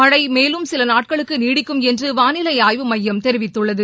மழை மேலும் சில நாட்களுக்கு நீடிக்கும் என்று வாளிலை ஆய்வு மையம் தெரிவித்துள்ளது